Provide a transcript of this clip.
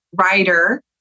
writer